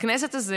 בית הכנסת הזה,